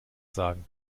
sagen